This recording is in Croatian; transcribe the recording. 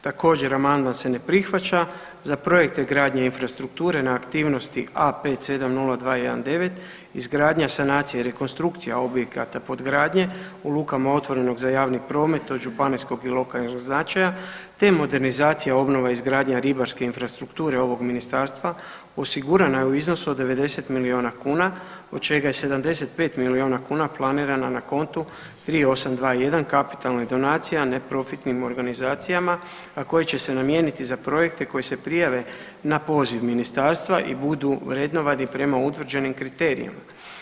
Također amandman se ne prihvaća, za projekte gradnje infrastrukture na aktivnosti A570219 izgradnja, sanacija i rekonstrukcija objekata podgradnje u lukama otvorenog za javni promet županijskog i lokalnog značaja te modernizacija obnova i izgradnja ribarske infrastrukture ovog ministarstva osigurana je u iznosu od 90 milijuna kuna, od čega je 75 milijuna kuna planirana na kontu 3821 kapitalnih donacija neprofitnim organizacijama, a koji će se namijeniti za projekte koji se prijave na poziv ministarstva i budu vrednovani prema utvrđenim kriterijama.